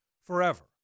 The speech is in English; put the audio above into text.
forever